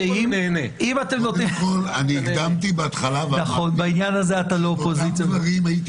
הקדמתי ואמרתי שגם לו הייתי